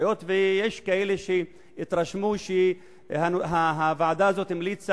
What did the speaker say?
היות שיש כאלה שהתרשמו שהוועדה הזאת המליצה